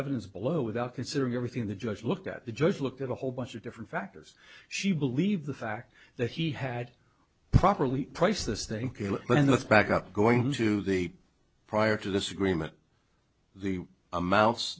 evidence below without considering everything the judge looked at the judge looked at a whole bunch of different factors she believed the fact that he had properly priced this thing but in the back up going to the prior to this agreement the amou